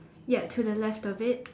ya to the left of it